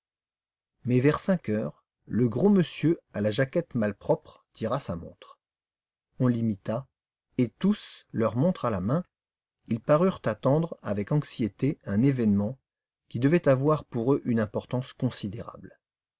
mais vers cinq heures le gros monsieur à la jaquette malpropre tira sa montre on l'imita et tous leur montre à la main ils parurent attendre avec anxiété un événement qui devait avoir pour eux une importance considérable